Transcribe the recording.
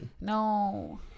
No